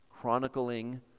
chronicling